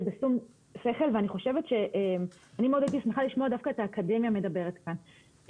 בשום שכל ואני מאוד הייתי שמחה לשמוע דווקא את האקדמיה מדברת כאן.